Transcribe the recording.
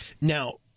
Now –